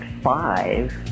five